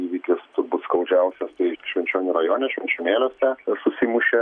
įvykis skaudžiausias švenčionių rajone švenčionėliuose susimušė